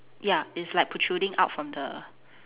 ya it's like protruding out from the